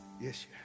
Yes